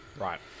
Right